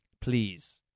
Please